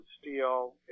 steel